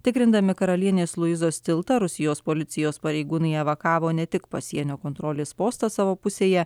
tikrindami karalienės luizos tiltą rusijos policijos pareigūnai evakavo ne tik pasienio kontrolės postą savo pusėje